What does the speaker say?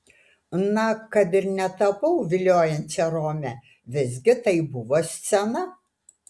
na kad ir netapau viliojančia rome visgi tai buvo scena